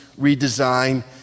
redesign